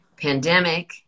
pandemic